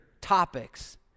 topics